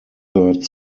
third